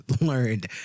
learned